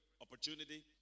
opportunity